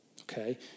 okay